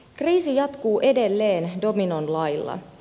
kriisi jatkuu edelleen dominon lailla